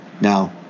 Now